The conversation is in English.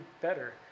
better